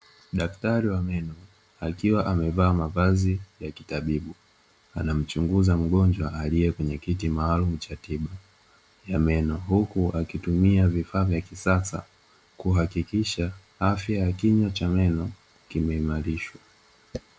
Daktari wa meno akiwa amevaa mavazi ya kitabibu, anamchunguza mgonjwa aliye kwenye kiti maalumu cha tiba ya meno. Huku akitumia vifaa vya kisasa kuhakikisha afya ya kinywa cha meno kimeimarishwa.